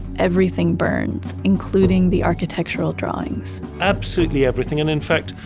everything burns including the architectural drawings absolutely everything. and in fact,